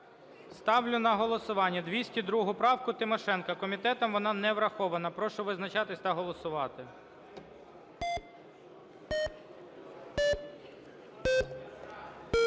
Ставлю на голосування 202 правку Тимошенко. Комітетом вона не врахована. Прошу визначатися та голосувати.